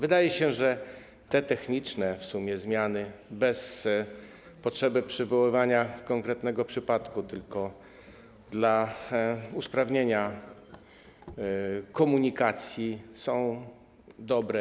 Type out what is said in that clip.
Wydaje się, że te techniczne w sumie zmiany, bez potrzeby przywoływania konkretnego przypadku, tylko dla usprawnienia komunikacji, są dobre.